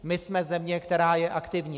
My jsme země, která je aktivní.